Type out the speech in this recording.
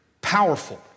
powerful